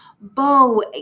Bo